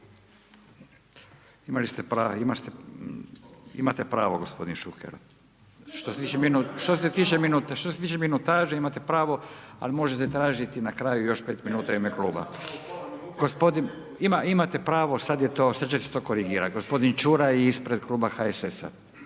imate pravo, gospodin Šuker, što se tiče minutaže, imate pravo, ali možete tražiti na kraju još 5 minuta u ime kluba. Imate pravo, sad će se